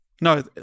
No